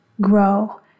grow